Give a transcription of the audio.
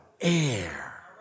air